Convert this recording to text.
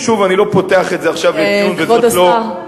ושוב אני לא פותח את זה עכשיו לדיון וזה לא בהכרח,